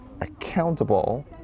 accountable